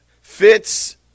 Fitz